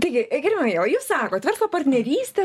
taigi gerbiama ieva jūs sakot verslo partnerystė